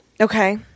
Okay